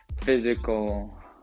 physical